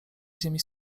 ziemi